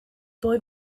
boy